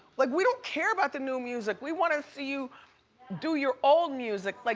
like we don't care about the new music. we wanna see you do your old music. like,